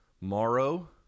Morrow